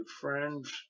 friends